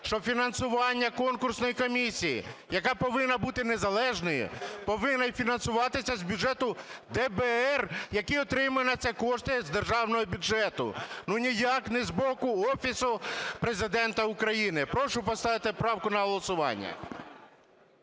що фінансування конкурсної комісії, яка повинна бути незалежною, повинна й фінансуватися з бюджету ДБР, який отримує на це кошти з державного бюджету. Ну, ніяк не з боку Офісу Президента України. Прошу поставити правку на голосування.